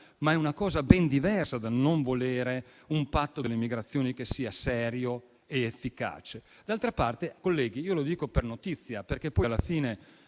ma è una cosa ben diversa dal non volere un patto delle migrazioni che sia serio e efficace. D'altra parte, colleghi, riporto una dato per notizia, perché poi, alla fine,